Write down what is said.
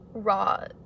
raw